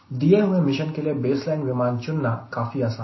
दिए हुए मिशन के लिए बेसलाइन विमान चुनना काफी आसान है